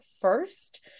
first